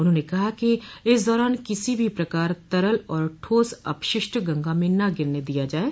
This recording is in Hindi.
उन्होंने कहा कि इस दौरान किसी भी प्रकार तरल और ठोस अपशिष्ट गंगा में न गिरने दिया जाये